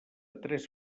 tres